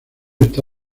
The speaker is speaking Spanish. está